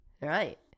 right